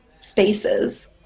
spaces